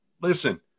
listen